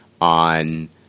on